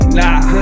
nah